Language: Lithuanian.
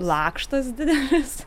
lakštas didelis